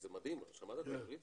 גרעין "צבר",